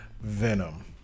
Venom